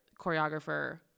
choreographer